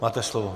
Máte slovo.